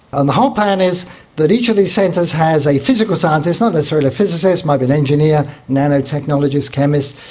and the whole plan is that each of these centres has a physical scientist, not necessarily a physicist, it might be an engineer, nanotechnologist, chemist,